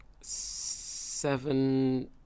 Seven